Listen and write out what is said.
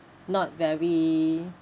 not very